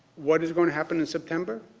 what is going to happen in september,